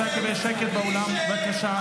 אפשר לקבל שקט באולם בבקשה?